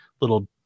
little